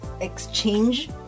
exchange